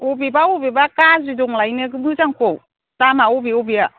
बबेबा बबेबा गाज्रि दंलायोनो मोजांखौ दामआ बबे बबेया